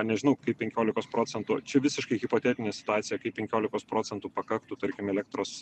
nežinau kaip penkiolikos procentų čia visiškai hipotetinė situacija kaip penkiolikos procentų pakaktų tarkim elektros